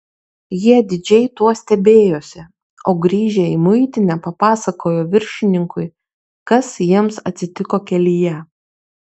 jie didžiai tuo stebėjosi o grįžę į muitinę papasakojo viršininkui kas jiems atsitiko kelyje